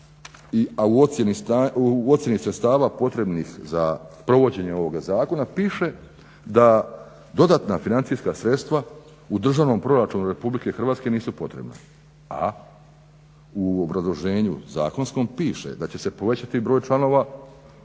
u ocjeni sredstava potrebnih za provođenje ovog zakona piše: "Da dodatna financijska sredstva u državnom proračunu RH nisu potrebna", a u obrazloženju zakonskom piše: "Da će se povećati broj članova